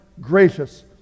gracious